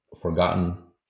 forgotten